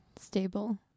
Stable